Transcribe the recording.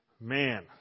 man